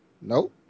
Nope